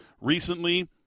recently